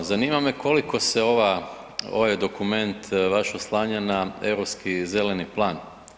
Zanima se koliko se ova, ovaj dokument vaš oslanja na Europski zeleni plan?